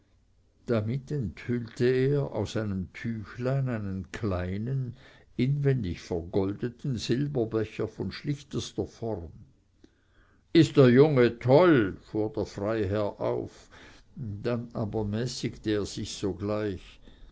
damit enthüllte er aus einem tüchlein einen kleinen inwendig vergoldeten silberbecher von schlichtester form ist der junge toll fuhr der freiherr auf dann aber mäßigte er sich sogleich